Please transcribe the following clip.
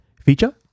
feature